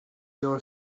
your